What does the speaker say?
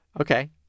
Okay